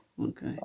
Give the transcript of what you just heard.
Okay